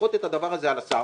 לדחות את דבר הזה על הסף,